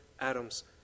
Adam's